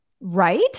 right